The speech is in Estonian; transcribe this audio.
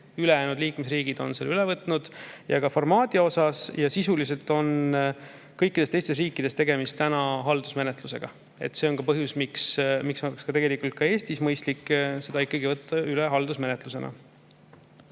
ülejäänud liikmesriigid on selle üle võtnud, sealhulgas formaadi osas: sisuliselt on kõikides teistes riikides tegemist haldusmenetlusega. See on ka põhjus, miks oleks ka Eestis mõistlik see ikkagi võtta üle haldusmenetlusena.